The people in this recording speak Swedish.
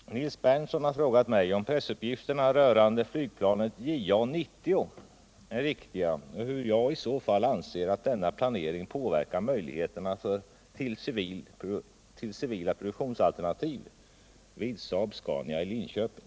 Herr talman! Nils Berndtson har frågat mig om pressuppgifterna rörande flygplanet JA 90 är riktiga och hur jag i så fall anser att denna planering påverkar möjligheterna till civila produktionsalternativ vid Saab-Scania i Linköping.